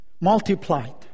multiplied